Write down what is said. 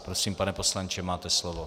Prosím, pane poslanče, máte slovo.